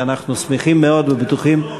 ואנחנו שמחים מאוד ובטוחים,